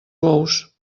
bous